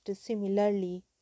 similarly